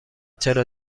چرا